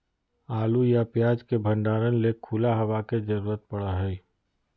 आलू या प्याज के भंडारण ले खुला हवा के जरूरत पड़य हय